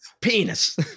penis